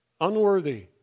Unworthy